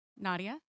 Nadia